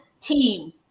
team